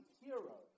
hero